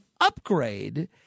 upgrade